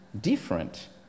different